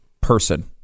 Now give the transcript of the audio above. person